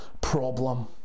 problem